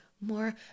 more